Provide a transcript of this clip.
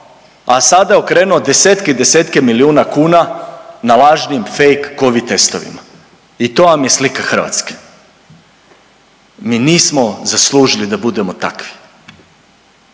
a sada je okrenuo desetke i desetke milijuna kuna na lažnim fake covid testovima i to vam je slika Hrvatske. Mi nismo zaslužili da budemo takvi,